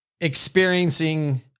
experiencing